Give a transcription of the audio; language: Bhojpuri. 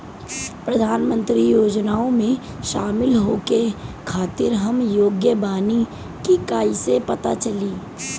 प्रधान मंत्री योजनओं में शामिल होखे के खातिर हम योग्य बानी ई कईसे पता चली?